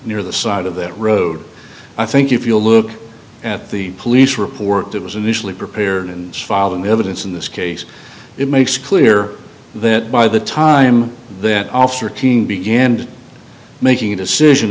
near the site of that road i think if you look at the police report that was initially prepared and following the evidence in this case it makes clear that by the time that officer team began making a decision